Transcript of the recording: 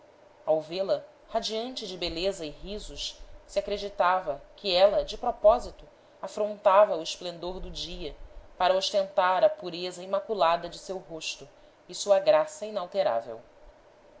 ao vê-la radiante de beleza e risos se acreditava que ela de propósito afrontava o esplendor do dia para ostentar a pureza imaculada de seu rosto e sua graça inalterável